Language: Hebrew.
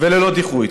וללא דיחוי.